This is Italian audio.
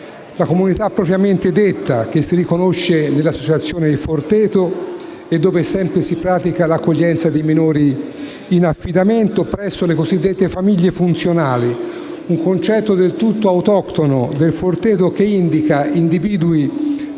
la comunità propriamente detta, che si riconosce nell'associazione del Forteto e dove sempre si pratica l'accoglienza dei minori in affidamento presso le cosiddette famiglie funzionali, un concetto del tutto autoctono del Forteto, che indica individui